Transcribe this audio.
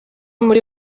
muri